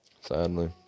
Sadly